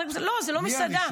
לא, זו לא מסעדה.